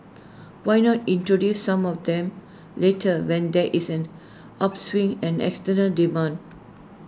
why not introduce some of them later when there is an upswing an external demand